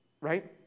right